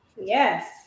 Yes